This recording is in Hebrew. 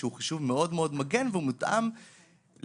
שהוא חישוב מאוד מאוד מגן ומותאם לאיזושהי